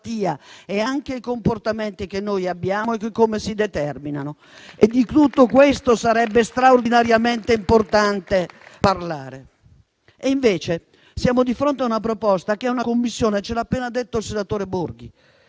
dai comportamenti che abbiamo e da come si determinano. Di tutto questo sarebbe straordinariamente importante parlare e invece siamo di fronte a una proposta che è una Commissione, come ci ha appena detto il senatore Claudio